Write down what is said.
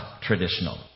traditional